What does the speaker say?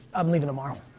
i'm leaving tomorrow.